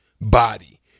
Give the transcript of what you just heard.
body